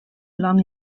along